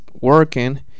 working